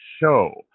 show